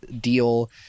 deal